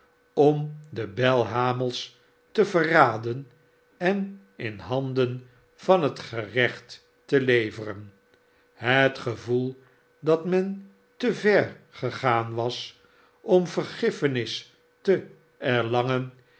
om de belhamels te verraden en m handen van het gerecht te leveren het gevoel dat men te ver gegaan was om vergiffenis te erlangen